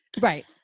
Right